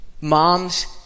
Moms